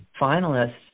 finalists